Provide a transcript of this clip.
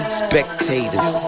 spectators